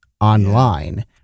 online